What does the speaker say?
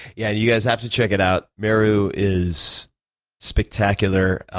yeah, you guys have to check it out. meru is spectacular.